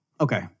Okay